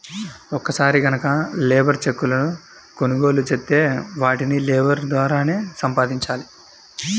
ఒక్కసారి గనక లేబర్ చెక్కులను కొనుగోలు చేత్తే వాటిని లేబర్ ద్వారానే సంపాదించాల